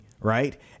right